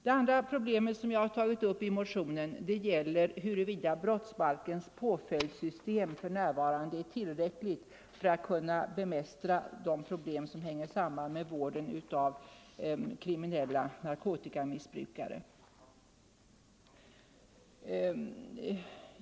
Det andra problemet jag tagit upp i motionen gäller huruvida brottsbalkens påföljdssystem för närvarande är tillräckligt för att kunna bemästra de problem som hänger samman med vården av kriminella narkotikamissbrukare.